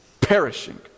perishing